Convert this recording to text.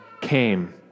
came